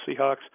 Seahawks